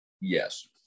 yes